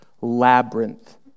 labyrinth